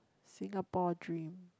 Singapore dream